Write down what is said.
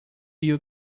you